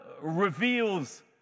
reveals